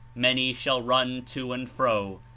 many shall run to and fro,